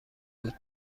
بود